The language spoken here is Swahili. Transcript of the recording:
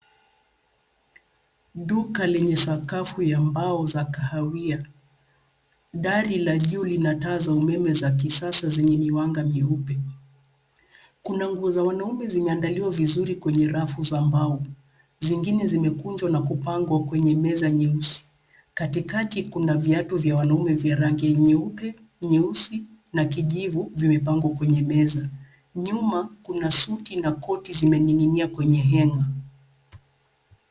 Duka lenye sakafu ya mbao za kahawia. Dari la juu lina taa za umeme za kisasa zenye miwanga mieupe. Kuna nguo za wanaume zimeandaliwa vizuri kwenye rafu za mbao, zingine zimekunjwa na kupangwa kwenye meza nyeusi. Katikati kuna viatu vya wanaume vya rangi nyeupe, nyeusi na kijivu vimepangwa kwenye meza. Nyuma kuna suti na koti zimening'inia kwenye hanger .